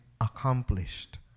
accomplished